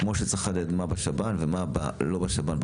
כמו שצריך לחדד מה בשב"ן ומה לא בשב"ן,